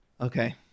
okay